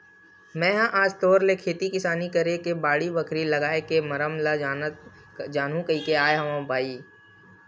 मेहा आज तोर ले खेती किसानी करे के बाड़ी, बखरी लागए के मरम ल जानहूँ कहिके आय हँव ग भाई